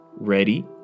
ready